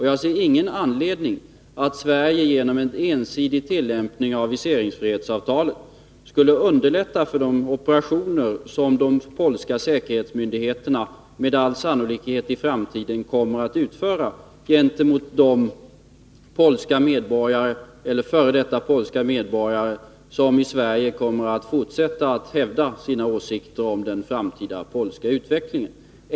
Jag ser ingen anledning till att Sverige genom en ensidig tillämpning av viseringsfrihetsavtalet skulle underlätta för de operationer som de polska säkerhetsmyndigheterna med all sannolikhet i framtiden kommer att utföra gentemot de f. d. polska medborgare som i Sverige fortsätter att hävda sina åsikter om den framtida polska utvecklingen.